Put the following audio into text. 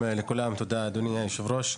תודה, אדוני היושב-ראש.